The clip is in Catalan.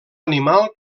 animal